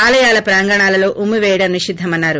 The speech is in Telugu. ఆలయాల ప్రాంగణాలలో ఉమ్మి పేయడం నిషిద్దమన్నారు